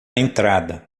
entrada